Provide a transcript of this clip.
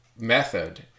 method